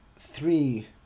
three